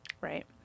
right